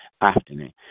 afternoon